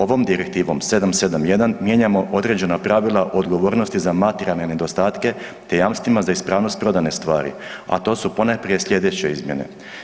Ovom Direktivom 771 mijenjamo određena pravila odgovornosti za materijalne nedostatke, te jamstvima za nedostatke prodane stvari, a to su ponajprije slijedeće izmjene.